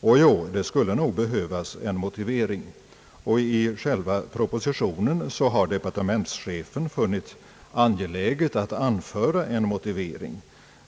Åjo, det skulle nog behövas en motivering. I själva propositio nen har departementschefen funnit det angeläget att anföra en motivering.